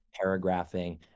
paragraphing